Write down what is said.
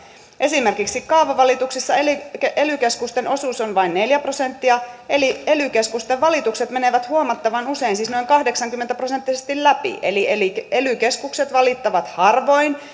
esimerkiksi kaavavalituksissa ely keskusten osuus on vain neljä prosenttia ja ely keskusten valitukset menevät huomattavan usein siis noin kahdeksankymmentä prosenttisesti läpi eli ely keskukset valittavat harvoin